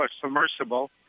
submersible